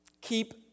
Keep